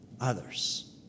others